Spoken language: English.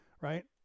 Right